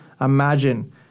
imagine